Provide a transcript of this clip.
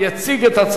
הרווחה